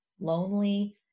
lonely